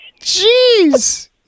Jeez